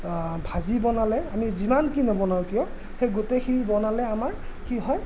ভাজি বনালে আমি যিমান কি নবনাওঁ কিয় সেই গোটেইখিনি বনালে আমাৰ কি হয়